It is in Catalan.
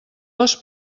les